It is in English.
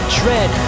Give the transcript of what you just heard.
dread